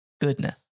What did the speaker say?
goodness